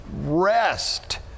rest